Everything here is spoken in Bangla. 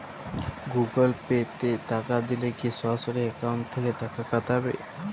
গুগল পে তে টাকা দিলে কি সরাসরি অ্যাকাউন্ট থেকে টাকা কাটাবে?